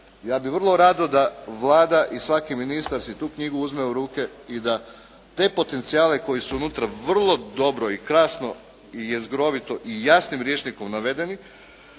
Ja bih vrlo rado da Vlada i svaki ministar si tu knjigu uzme u ruke i da te potencijale koji su unutra vrlo dobro i krasno, i jezgrovito i jasnim rječnikom navedeni,